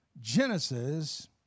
Genesis